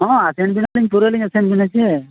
ᱦᱮᱸ ᱟᱥᱮᱱ ᱵᱤᱱᱟᱞᱤᱧ ᱯᱩᱨᱟᱹ ᱞᱤᱧ ᱟᱥᱮᱱ ᱵᱮᱱᱟ ᱥᱮ